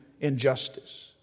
injustice